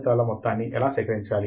ఎవరైనా మిమ్మల్ని డాక్టర్ అని పిలవాలి